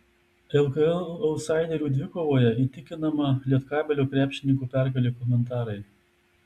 lkl autsaiderių dvikovoje įtikinama lietkabelio krepšininkų pergalė komentarai